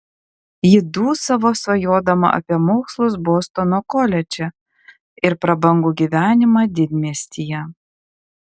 ji dūsavo svajodama apie mokslus bostono koledže ir prabangų gyvenimą didmiestyje